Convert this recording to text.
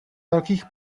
velkých